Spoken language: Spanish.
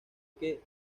que